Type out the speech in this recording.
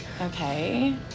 Okay